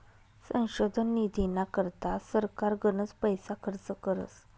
संशोधन निधीना करता सरकार गनच पैसा खर्च करस